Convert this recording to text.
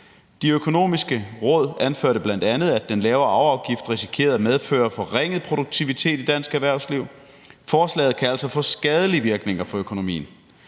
De Økonomiske Råd anførte bl.a., at den lavere arveafgift risikerede at medføre forringet produktivitet i dansk erhvervsliv. Forslaget kan altså få skadelige virkninger for økonomien.